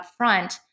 upfront